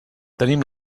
tenim